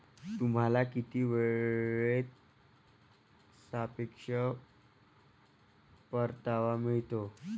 तुम्हाला किती वेळेत सापेक्ष परतावा मिळतो?